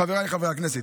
חבריי חברי הכנסת,